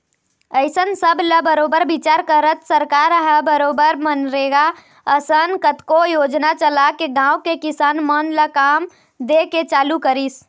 अइसन सब ल बरोबर बिचार करत सरकार ह बरोबर मनरेगा असन कतको योजना चलाके गाँव के किसान मन ल काम दे के चालू करिस